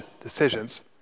decisions